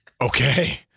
Okay